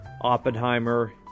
Oppenheimer